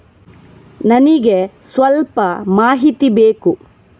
ನನಿಗೆ ಸ್ವಲ್ಪ ಮಾಹಿತಿ ಬೇಕು